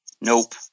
Nope